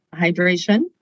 hydration